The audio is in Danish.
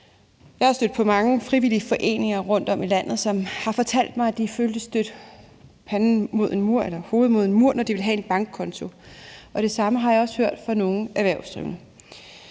Jeg er stødt på mange frivillige foreninger rundtom i landet, som har fortalt mig, at de følte, at de stødte panden mod en mur, når de ville have en bankkonto, og det samme har jeg også hørt fra nogle erhvervsdrivende.